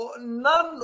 None